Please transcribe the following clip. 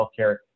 healthcare